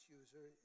user